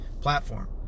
platform